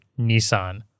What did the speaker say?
Nissan